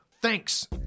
Thanks